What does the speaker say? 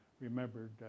remembered